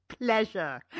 pleasure